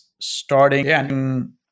starting